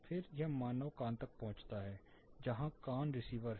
फिर यह मानव कान तक पहुंचता है जहां कान रिसीवर है